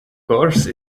course